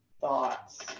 thoughts